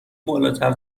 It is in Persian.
بالاتر